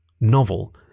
Novel